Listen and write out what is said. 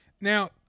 Now